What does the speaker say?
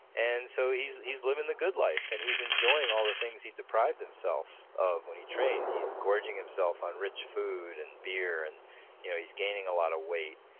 and so he's he's living the good life and he's enjoying all the things he deprived himself of when he trained. he's gorging himself on rich food and beer, and you know he's gaining a lot of weight.